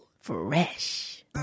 Fresh